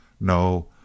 No